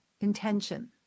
intention